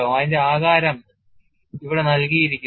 അതിന്റെ ആകാരം ഇവിടെ നൽകിയിരിക്കുന്നു